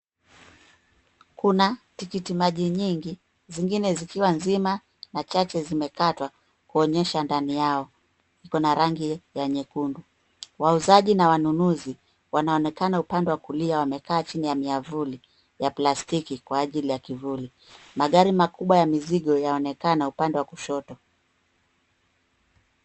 Kuna tikiti maji nyingi, zingine zikiwa nzima na chache zimekatwa kuonyesha ndani yao, kuna rangi ya nyekundu. Wauzaji na wanunuzi wanaonekana upande wa kulia wamekaa chini ya miavuli ya plastiki kwa ajili ya kivuli. Magari makubwa ya mizigo yaonekana upande wa kushoto.